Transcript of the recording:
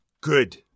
Good